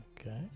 okay